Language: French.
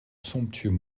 somptueux